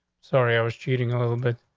sorry, i was cheating a little bit.